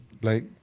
Blake